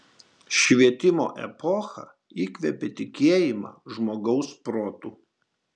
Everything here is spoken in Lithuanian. švietimo epocha įkvėpė tikėjimą žmogaus protu